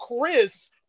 Chris